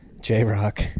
J-Rock